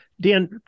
Dan